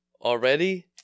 Already